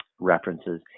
references